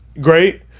great